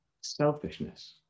selfishness